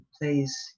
please